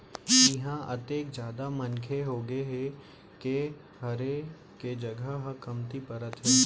इहां अतेक जादा मनखे होगे हे के रहें के जघा ह कमती परत हे